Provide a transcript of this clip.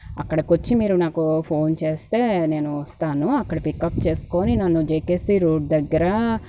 అక్కడికి వచ్చి మీరు నాకు ఫోన్ చేస్తే నేను వస్తాను అక్కడ పికప్ చేసుకుని నన్ను జెకేసి రోడ్ దగ్గర